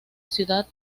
ciudad